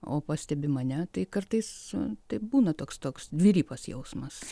o pastebi mane tai kartais taip būna toks toks dvilypas jausmas